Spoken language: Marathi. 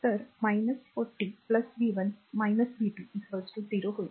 तर 40 v 1 v 2 0